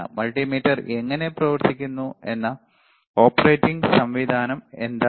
multimeter എങ്ങനെ പ്രവർത്തിക്കുന്നു എന്ന ഓപ്പറേറ്റിംഗ് സംവിധാനം എന്താണ്